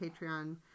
Patreon